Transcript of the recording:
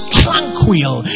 tranquil